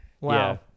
Wow